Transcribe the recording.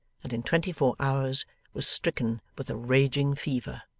and in twenty-four hours was stricken with a raging fever.